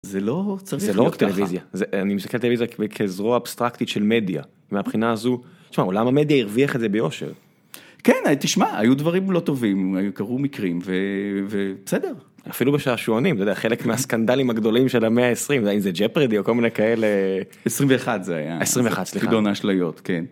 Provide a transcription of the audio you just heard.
זה לא צריך, זה לא רק טלוויזיה, אני מסתכל על טלוויזיה כזרוע אבסטרקטית של מדיה, מהבחינה הזו, תשמע עולם המדיה הרוויח את זה ביושר, כן תשמע היו דברים לא טובים, קרו מקרים ובסדר, אפילו בשעשועונים, אתה יודע, חלק מהסקנדלים הגדולים של המאה ה-20, אם זה ג'פרדי או כל מיני כאלה, 21 זה היה, 21 סליחה, חידון אשליות כן.